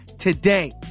Today